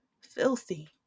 Filthy